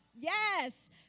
Yes